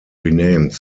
renamed